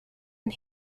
and